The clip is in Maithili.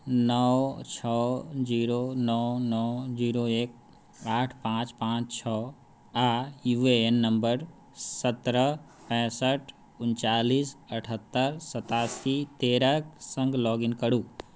नओ छओ जीरो नओ नओ जीरो एक आठ पाँच पाँच छओ आओर यू ए एन नंबर सतरह पैंसठि उनचालीस अठहत्तरि सतासी तेरह के सङ्ग लॉग इन करू